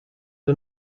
are